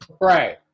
right